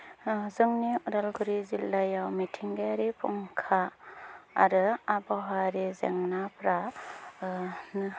जोंनि उदालगुरि जिल्लायाव मिथिंगायारि फुंखा आरो आबहावायारि जेंनाफोरा